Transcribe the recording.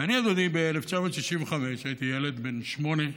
ואני, אדוני, ב-1965 הייתי ילד בן שמונה,